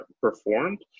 Performed